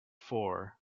four